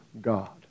God